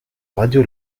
radio